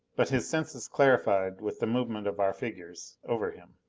but his senses clarified with the movement of our figures over him.